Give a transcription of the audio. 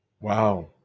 Wow